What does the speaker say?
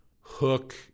hook